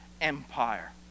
Empire